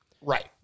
Right